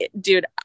dude